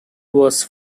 was